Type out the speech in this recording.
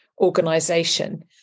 organization